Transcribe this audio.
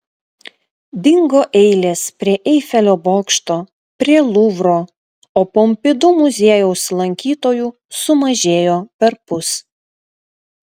dingo eilės prie eifelio bokšto prie luvro o pompidu muziejaus lankytojų sumažėjo perpus